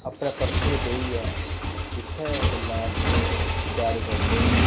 अपने पर्सनली बेहियै जित्थै मतलब कि अस त्यारी करदे न